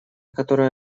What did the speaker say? которая